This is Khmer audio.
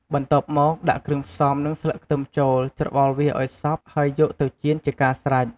បន្ទាប់មក ដាក់គ្រឿងផ្សំ និងស្លឹកខ្ទឹមចូល ច្របល់វាឱ្យសព្វហើយយកទៅចៀនជាការស្រេច។